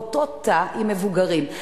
באותו תא עם מבוגרים.